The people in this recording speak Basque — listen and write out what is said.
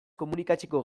komunikatzeko